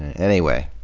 anyway.